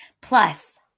Plus